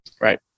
Right